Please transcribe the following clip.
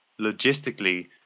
logistically